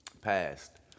passed